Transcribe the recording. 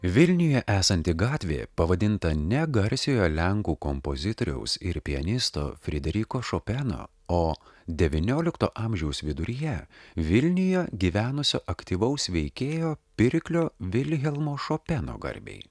vilniuje esanti gatvė pavadinta ne garsiojo lenkų kompozitoriaus ir pianisto frederiko šopeno o devyniolikto amžiaus viduryje vilniuje gyvenusio aktyvaus veikėjo pirklio vilhelmo šopeno garbei